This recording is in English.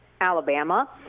Alabama